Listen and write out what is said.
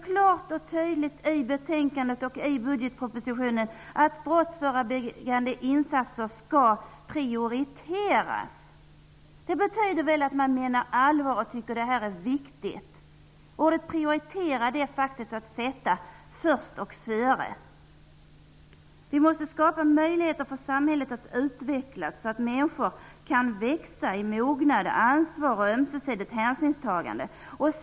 Men i betänkandet och i budgetpropositionen står klart och tydligt att brottsförebyggande insatser skall prioriteras. Det betyder väl att man menar allvar och tycker att det här är viktigt? Ordet prioritera innebär faktiskt att sätta först och före. Vi måste skapa möjligheter för samhället att utvecklas, så att människor kan växa i mognad och ansvar och ömsesidigt hänsynstagande.